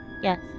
Yes